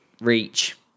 reach